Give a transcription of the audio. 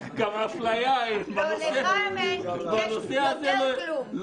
נותן לנו תקווה שתעסוק בנושא הזה ברצינות